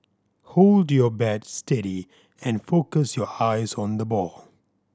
hold your bat steady and focus your eyes on the ball